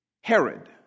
Herod